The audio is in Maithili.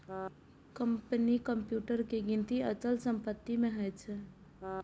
कंपनीक कंप्यूटर के गिनती अचल संपत्ति मे होइ छै